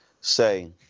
say